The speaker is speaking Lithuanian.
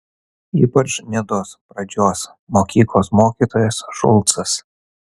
ypač nidos pradžios mokyklos mokytojas šulcas